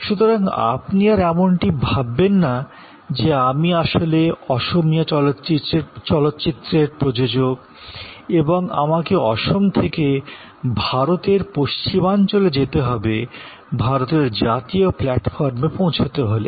সুতরাং আপনি আর এমনটি ভাবেন না যে আমি আসলে অসমিয়া চলচ্চিত্রের প্রযোজক এবং আমাকে আসাম থেকে ভারতের পশ্চিমাঞ্চলে যেতে হবে ভারতের জাতীয় প্লাটফর্মে পৌঁছাতে হলে